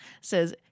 says